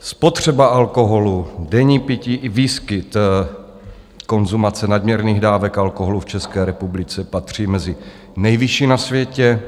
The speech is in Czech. Spotřeba alkoholu, denní pití i výskyt konzumace nadměrných dávek alkoholu v České republice patří mezi nejvyšší na světě.